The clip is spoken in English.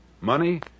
Money